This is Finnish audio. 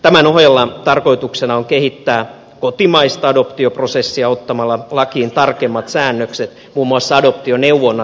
tämän ohella tarkoituksena on kehittää kotimaista adoptioprosessia ottamalla lakiin tarkemmat säännökset muun muassa adoptioneuvonnasta